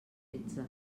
setze